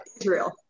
Israel